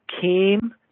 came